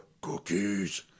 cookies